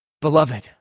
Beloved